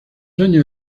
años